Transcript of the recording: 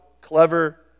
clever